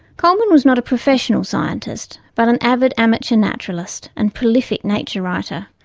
coleman was not a professional scientist but an avid amateur naturalist and prolific nature writer.